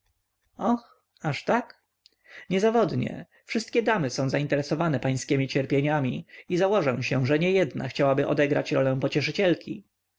och aż tak niezawodnie wszystkie damy są zainteresowane pańskiemi cierpieniami i założę się że niejedna chciałaby odegrać rolę pocieszycielki